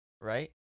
Right